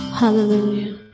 hallelujah